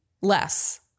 less